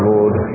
Lord